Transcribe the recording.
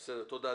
תודה.